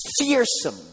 Fearsome